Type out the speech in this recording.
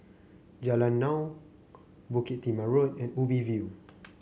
Jalan Naung Bukit Timah Road and Ubi View